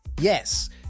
yes